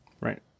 Right